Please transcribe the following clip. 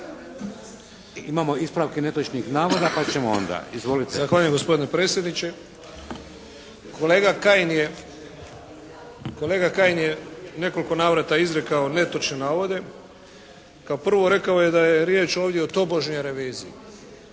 Imamo ispravke netočnih navoda pa ćemo onda. **Matušić, Frano (HDZ)** Zahvaljujem gospodine predsjedniče. Kolega Kajin je u nekoliko navrata izrekao netočne navode. Kao prvo, rekao je da je riječ ovdje o tobožnjoj reviziji.